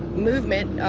movement.